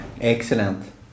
Excellent